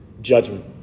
Judgment